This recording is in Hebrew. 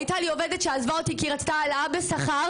הייתה לי עובדת שעזבה אותי כי היא רצתה העלאה בשכר,